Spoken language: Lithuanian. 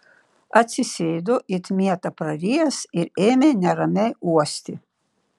atsisėdo it mietą prarijęs ir ėmė neramiai uosti